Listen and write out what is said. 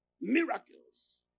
Miracles